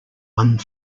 one